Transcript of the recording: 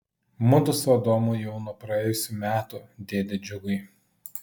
mudu su adomu jau nuo praėjusių metų dėde džiugai